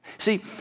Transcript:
See